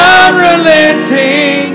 unrelenting